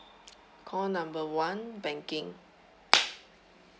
call number one banking